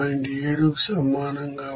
7కి సమానంగా ఉంటుంది